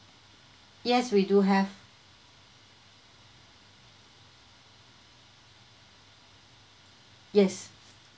yes we do have yes